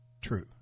True